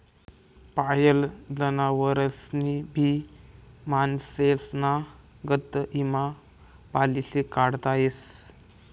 पायेल जनावरेस्नी भी माणसेस्ना गत ईमा पालिसी काढता येस